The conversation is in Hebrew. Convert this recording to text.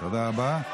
תודה רבה.